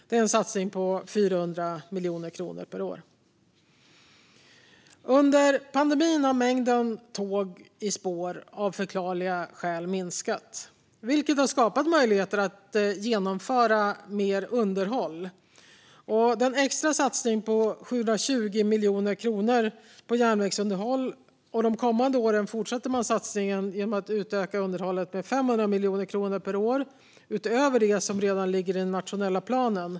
Det är en satsning på 400 miljoner kronor per år. Under pandemin har mängden tåg i spår av förklarliga skäl minskat, vilket har skapat möjligheter att genomföra mer underhåll. Regeringen har under året gjort en extra satsning på 720 miljoner kronor på järnvägsunderhåll, och de kommande åren fortsätter man satsningen genom att utöka underhållet med 500 miljoner kronor per år utöver det som redan ligger i den nationella planen.